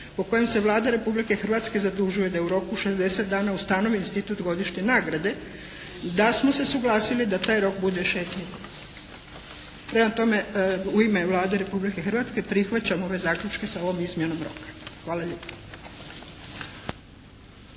o kojem sa Vlada Republike Hrvatske zadužuje da u roku 60 dana ustanovi institut godišnje naknade, da smo se suglasili da taj rok bude 6 mjeseci. Prema tome, u ime Vlade Republike Hrvatske prihvaćam ove zaključke sa ovom izmjenom roka. Hvala lijepa.